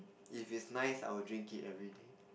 if it's nice I would drink it everyday